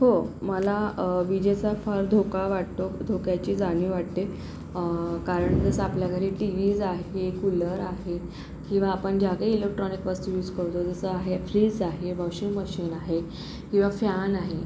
हो मला विजेचा फार धोका वाटतो धोक्याची जाणीव वाटते कारण जसं आपल्या घरी टीव्हीज आहे कूलर आहे किंवा आपण ज्या काही इलेक्ट्रॉनिक वस्तू युज करतो जसं आहे फ्रीज आहे वॉशिंग मशीन आहे किंवा फॅन आहे